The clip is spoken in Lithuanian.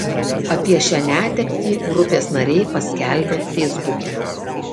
apie šią netektį grupės nariai paskelbė feisbuke